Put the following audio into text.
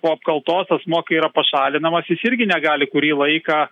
po apkaltos asmuo kai yra pašalinamas jis irgi negali kurį laiką